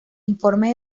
informes